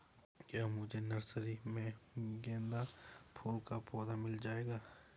क्या मुझे नर्सरी में गेंदा फूल का पौधा मिल जायेगा?